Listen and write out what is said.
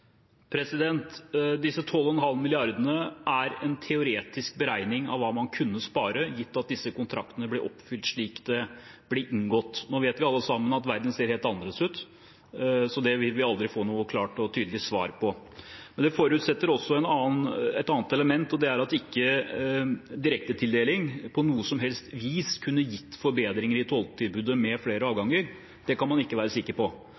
Disse 12,5 mrd. kr er en teoretisk beregning av hva man kunne spare gitt at disse kontraktene ble oppfylt slik de ble inngått. Nå vet vi alle sammen at verden ser helt annerledes ut, så det vil vi aldri få noe klart og tydelig svar på. Det forutsetter også et annet element, og det er at direktetildeling ikke på noe som helst vis kunne gitt forbedringer i togtilbudet med flere avganger. Det kan man ikke være sikker på.